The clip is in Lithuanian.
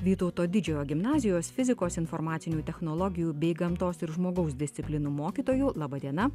vytauto didžiojo gimnazijos fizikos informacinių technologijų bei gamtos ir žmogaus disciplinų mokytoju laba diena